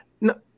No